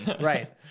Right